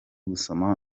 gusoma